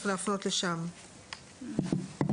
"(4)